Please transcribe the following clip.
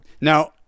Now